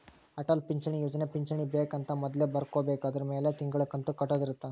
ಅಟಲ್ ಪಿಂಚಣಿ ಯೋಜನೆ ಪಿಂಚಣಿ ಬೆಕ್ ಅಂತ ಮೊದ್ಲೇ ಬರ್ಕೊಬೇಕು ಅದುರ್ ಮೆಲೆ ತಿಂಗಳ ಕಂತು ಕಟ್ಟೊದ ಇರುತ್ತ